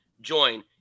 join